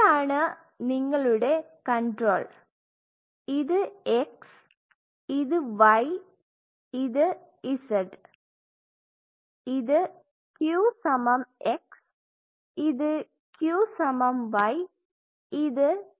ഇതാണ് നിങ്ങളുടെ കൺട്രോൾ ഇത് x ഇത് y ഇത് z ഇത് Q സമം x ഇത് Q സമം y ഇത് Q സമം z